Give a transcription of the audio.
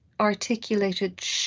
articulated